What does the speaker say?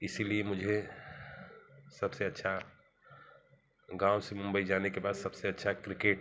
इसीलिए मुझे सबसे अच्छा गाँव से मुंबई जाने के बाद सबसे अच्छा क्रिकेट